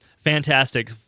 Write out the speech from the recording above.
Fantastic